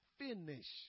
finish